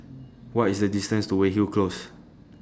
What IS The distance to Weyhill Close